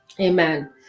Amen